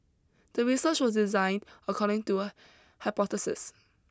the research was designed according to hypothesis